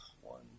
one